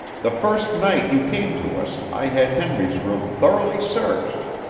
the first night you came to us i had henry's room thoroughly searched.